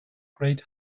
great